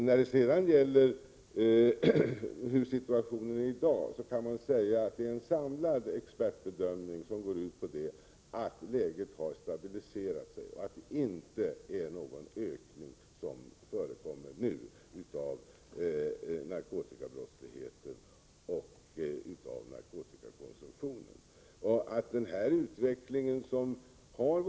När det sedan gäller hurdan situationen är i dag kan man säga att en samlad expertbedömning går ut på att läget har stabiliserat sig och att det inte nu förekommer någon ökning av narkotikabrottsligheten och narkotikakonsumtionen.